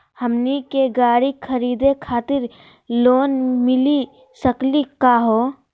हमनी के गाड़ी खरीदै खातिर लोन मिली सकली का हो?